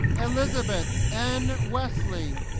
elizabeth n. wesley